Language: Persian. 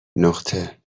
نقطه